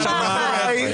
רבותיי.